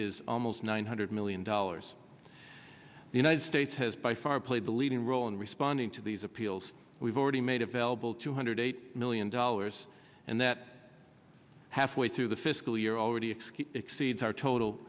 is almost one hundred million dollars the united states has by far played a leading role in responding to these appeals we've already made available two hundred eighty million dollars and that halfway through the fiscal year already excuse exceeds our total